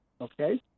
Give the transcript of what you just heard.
Okay